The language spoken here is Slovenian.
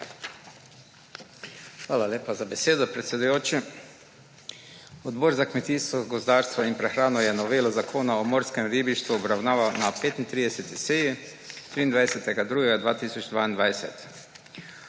Hvala za besedo, predsedujoči. Odbor za kmetijstvo, gozdarstvo in prehrano je novelo zakona o agrarni skupnosti obravnaval na 35. seji 23. 2. 2022.